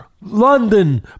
London